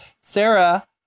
Sarah